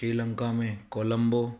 श्रीलंका में कोलंबो